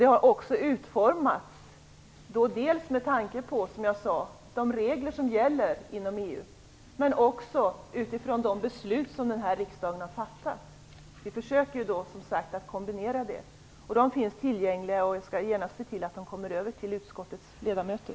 Det har utformats med tanke på de regler som gäller inom EU men också utifrån de beslut som den här riksdagen har fattat. Vi försöker som sagt att kombinera det. Detta material finns tillgängligt, och jag skall genast se till att det kommer över till utskottets ledamöter.